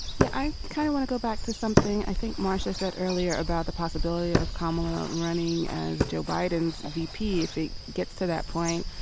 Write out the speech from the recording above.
yeah, i kind of want to go back to something i think marsha said earlier about the possibility of carmelo running as joe biden's v p. if he gets to that point.